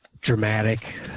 dramatic